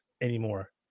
anymore